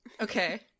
okay